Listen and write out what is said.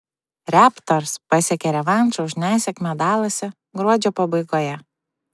raptors pasiekė revanšą už nesėkmę dalase gruodžio pabaigoje